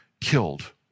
killed